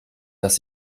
dass